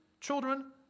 children